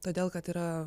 todėl kad yra